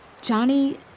Johnny